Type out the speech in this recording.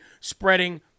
spreading